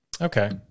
Okay